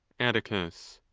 atticus.